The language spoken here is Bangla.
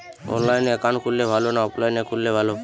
অনলাইনে একাউন্ট খুললে ভালো না অফলাইনে খুললে ভালো?